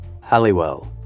Halliwell